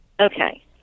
Okay